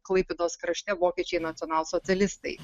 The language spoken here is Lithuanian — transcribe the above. klaipėdos krašte vokiečiai nacionalsocialistai